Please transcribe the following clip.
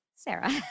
Sarah